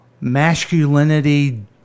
masculinity